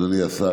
אדוני השר,